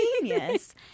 Genius